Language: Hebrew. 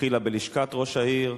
התחילה בלשכת ראש העיר,